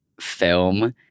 film